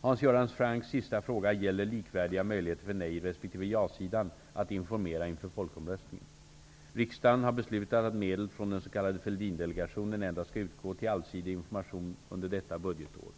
Hans Göran Francks sista fråga gäller likvärdiga möjligheter för nej resp. ja-sidan att informera inför folkomröstningen. Riksdagen har beslutat att medel från den s.k. Fälldindelegationen skall utgå till allsidig information under detta budgetår.